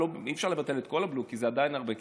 אי-אפשר לבטל את כל הבלו, כי זה עדיין הרבה כסף.